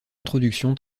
introduction